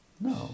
no